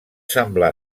semblar